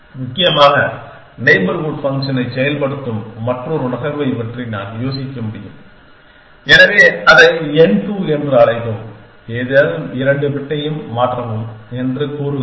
முக்கியமாக நெய்பர்ஹூட் ஃபங்க்ஷனைச் செயல்படுத்தும் மற்றொரு நகர்வைப் பற்றி நான் யோசிக்க முடியும் எனவே அதை n2 என்று அழைக்கவும் ஏதேனும் இரண்டு பிட்டையும் மாற்றவும் என்று கூறுகிறது